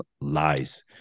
lies